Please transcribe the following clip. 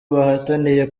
bahataniye